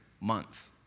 month